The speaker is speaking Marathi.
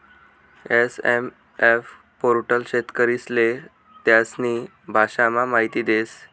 एस.एम.एफ पोर्टल शेतकरीस्ले त्यास्नी भाषामा माहिती देस